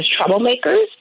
troublemakers